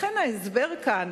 לכן ההסבר כאן,